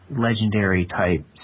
legendary-type